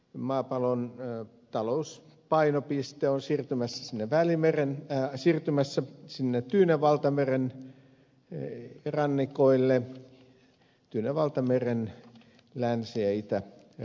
maapallon talouspainopiste on siirtymässä sinne tyynen valtameren rannikoille tyynen valtameren länsi ja itärannoille